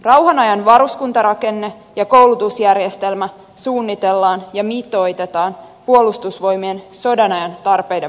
rauhanajan varustuskuntarakenne ja koulutusjärjestelmä suunnitellaan ja mitoitetaan puolustusvoimien sodanajan tarpeiden mukaisesti